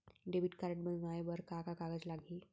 Debit card बनवाये बर का का कागज लागही?